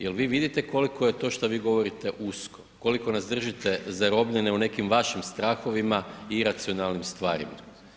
Je li vi vidite koliko je to što vi govorite usko, koliko nas držite zarobljene u nekim vašim strahovima i iracionalnim stvarima?